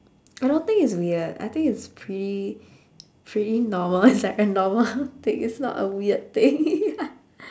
I don't think it's weird I think it's pretty pretty normal it's like a normal thing it's not a weird thing